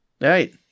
Right